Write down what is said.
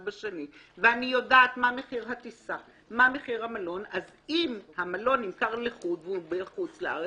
אז אם המלון ניתן לחוד והוא בחו"ל,